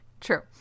true